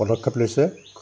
পদক্ষেপ লৈছে